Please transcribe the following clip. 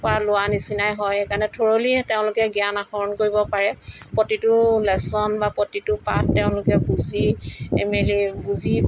পৰা লোৱা নিচিনাই হয় সেইকাৰণে থ'ৰলি তেওঁলোকে জ্ঞান আহৰণ কৰিব পাৰে প্ৰতিটো লেচন বা প্ৰতিটো পাঠ তেওঁলোকে বুজি মেলি বুজি